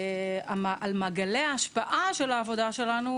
על מעגלי ההשפעה של העבודה שלנו